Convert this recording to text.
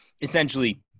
essentially